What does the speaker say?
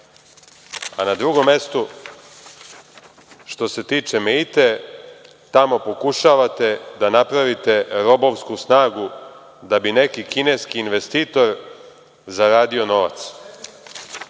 drugom mestu: „Što se tiče Meite, tamo pokušavate da napravite robovsku snagu da bi neki kineski investitor zaradio novac“.Eto,